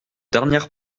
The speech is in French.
dernière